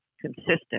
consistent